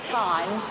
time